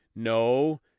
No